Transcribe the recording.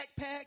backpack